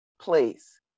place